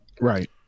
Right